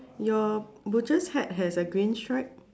your butcher's hat has a green stripe